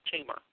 tumor